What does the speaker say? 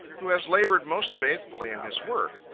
who has labored most faithfully in his work.